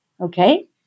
okay